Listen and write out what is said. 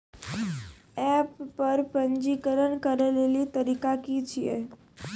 App पर पंजीकरण करै लेली तरीका की छियै?